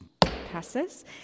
Passes